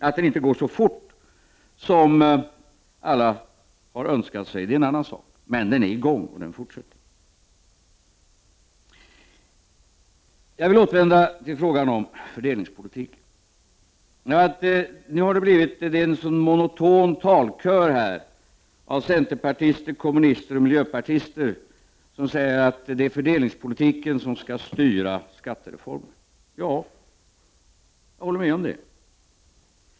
Att det inte går så fort som alla önskar sig är en sak, men processen är i gång, och den fortsätter. Jag vill återvända till frågan om fördelningspolitiken. Det har här blivit en monoton talkör av centerpartister, kommunister och miljöpartister som säger att det är fördelningspolitiken som skall styra skattereformen. Ja, jag håller med om det.